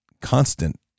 constant